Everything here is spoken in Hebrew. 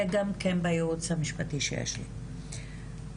אנחנו מסרנו שבמסגרת ההליך המשפטי שאנחנו נקבל